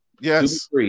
Yes